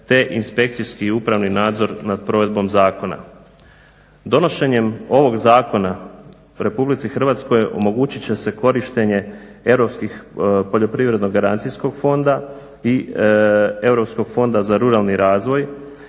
te inspekcijski i upravni nadzor nad provedbom zakona. Donošenjem ovog zakona u RH omogućit će se korištenje Europskog poljoprivrednog garancijskog fonda i Europskog fonda za ruralni razvoj